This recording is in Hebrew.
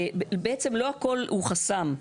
בעצם, לא הכל הוא חסם.